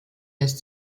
lässt